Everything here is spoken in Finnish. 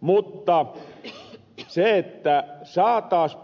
mutta se että saataas